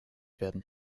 werden